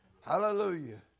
Hallelujah